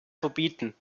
verbieten